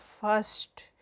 first